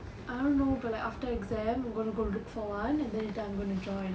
I don't know but like after exam I'm gonna go look for one and then later I'm gonna join you